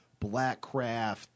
Blackcraft